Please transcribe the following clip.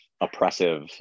oppressive